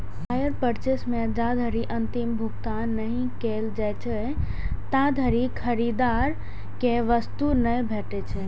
hire purchase मे जाधरि अंतिम भुगतान नहि कैल जाइ छै, ताधरि खरीदार कें वस्तु नहि भेटै छै